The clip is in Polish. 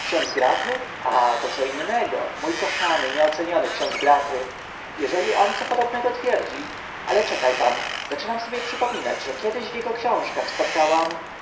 ksiądz gratry a to co innego mó kochany nieoceniony ksiądz gratry jeżeli on co podobnego twierdzi ale czeka pan zaczynam sobie przypominać że kiedyś w ego książkach spotkałam